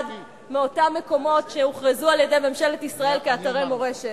מאותם מקומות שהוכרזו על-ידי ממשלת ישראל כאתרי מורשת.